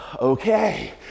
okay